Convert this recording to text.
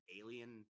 alien